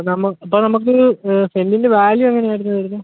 അപ്പോൾ നമുക്ക് സെൻറ്റിൻ്റെ വാല്യൂ എങ്ങനെ ആയിരുന്നു വരുന്നത്